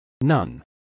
None